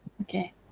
okay